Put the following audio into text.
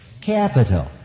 capital